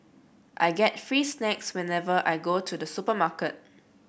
I get free snacks whenever I go to the supermarket